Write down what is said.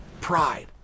Pride